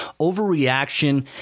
overreaction